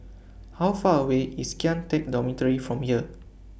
How Far away IS Kian Teck Dormitory from here